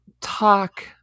talk